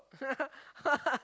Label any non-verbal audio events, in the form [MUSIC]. [LAUGHS]